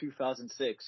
2006